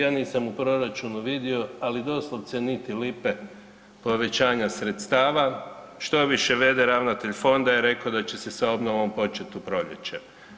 Ja nisam u proračunu vidio, ali doslovce niti lipe povećanja sredstava, štoviše v.d. ravnatelj fonda je rekao da će se sa obnovom početi u proljeće.